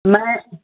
میں